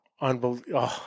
Unbelievable